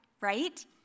right